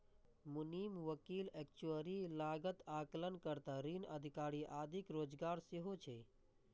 मुनीम, वकील, एक्चुअरी, लागत आकलन कर्ता, ऋण अधिकारी आदिक रोजगार सेहो छै